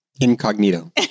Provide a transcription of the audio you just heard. incognito